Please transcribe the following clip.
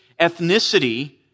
ethnicity